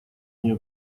нее